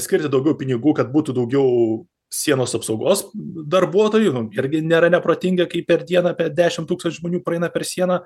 skirti daugiau pinigų kad būtų daugiau sienos apsaugos darbuotojų irgi nėra neprotinga kai per dieną apie dešim tūkstančių žmonių praeina per sieną